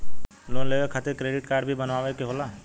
Loan लेवे खातिर credit काडे भी बनवावे के होला?